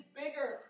bigger